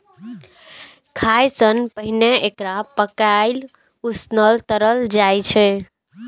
खाय सं पहिने एकरा पकाएल, उसनल, तरल जाइ छै